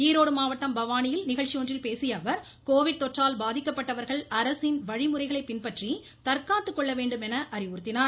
ஈரோடு மாவட்டம் பவானியில் நிகழ்ச்சி ஒன்றில் பேசிய அவர் கோவிட் தொற்றால் பாதிக்கப்பட்டவர்கள் அரசின் வழிமுறைகளை பின்பற்றி தற்காத்துக் கொள்ள வேண்டுமென அறிவுறுத்தினார்